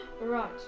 right